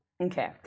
Okay